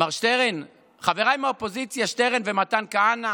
שטרן ומתן כהנא,